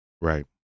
Right